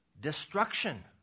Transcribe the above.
Destruction